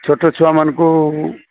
ଛୋଟ ଛୁଆମାନଙ୍କୁ